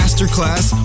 Masterclass